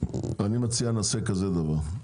אני מציע שנעשה כזה דבר,